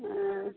हँ